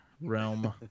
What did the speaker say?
realm